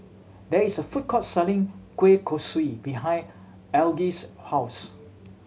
there is a food court selling kueh kosui behind Algie's house